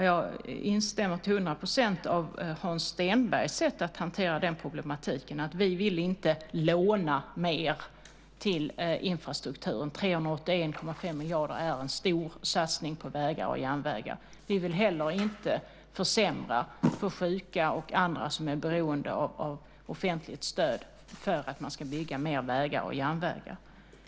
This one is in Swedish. Jag instämmer till hundra procent i Hans Stenbergs sätt att hantera den problematiken, nämligen att vi inte vill låna mer till infrastrukturen. 381,5 miljarder är en stor satsning på vägar och järnvägar. Vi vill heller inte försämra för sjuka och andra som är beroende av offentligt stöd genom att i stället bygga mer vägar och järnvägar.